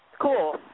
cool